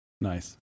Nice